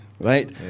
Right